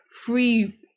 free